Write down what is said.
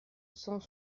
cent